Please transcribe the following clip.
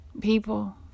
people